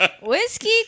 Whiskey